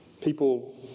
People